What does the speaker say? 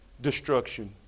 Destruction